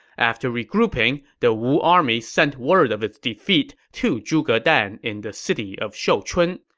after regrouping, the wu army sent word of its defeat to zhuge dan in the city of shouchun.